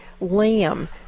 lamb